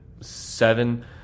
seven